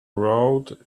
road